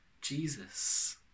Jesus